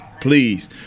Please